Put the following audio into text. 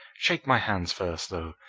shake my hands first, though,